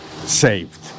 saved